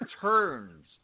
turns